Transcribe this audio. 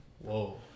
Whoa